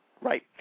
Right